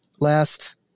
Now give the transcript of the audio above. last